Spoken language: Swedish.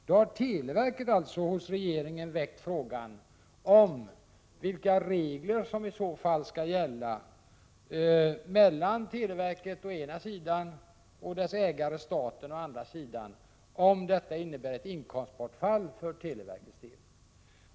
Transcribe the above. Då har televerket alltså hos regeringen väckt frågan om vilka regler som i så fall skall gälla mellan televerket å ena sidan och dess ägare staten å andra sidan, om detta innebär ett inkomstbortfall för televerkets del.